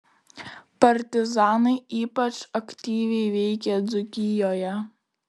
partizanai ypač aktyviai veikė dzūkijoje